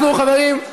חברים,